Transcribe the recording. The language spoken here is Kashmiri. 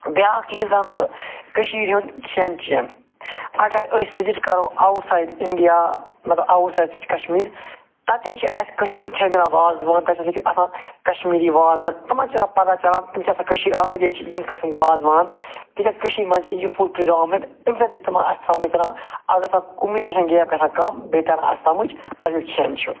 بیاکھ چیٖز وَنہٕ بہٕ کٔشیٖرِ ہُنٛد کھیٚن چھیٚن اَگر أسۍ وِزِٹ کَرَو آوُٹ سایِڈ انڈیا مطلب اَوُٹ سایِڈ کشمیٖر تَتہِ چھِ کٔشیٖر کھیٚن چھیٚن واز وان تَتہِ چھِ اَسہِ لیٚکِتھ آسان کشمیٖری وازوان تمَن تہِ چھِ آسنا پتا چلان تِم چھِ آسان کٔشیٖرِ آمٕتۍ ییٚتہِ چھِ یٔمۍ قسمٕکے وازٕوان تِکیٛازِ کٔشیٖرِ منٛز چھِ یہِ فُڈ پِرڈامنیٹ أمۍ سۭتۍ تہِ چھِ تِمَن اَسہِ سمجھ تران اَگر ہسا کُمنِکیشَن گیپ گژھان کم بیٚیہِ تران اَسہِ سمجھ أمیُک کھیٚن چھیٚن